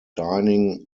dining